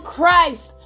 Christ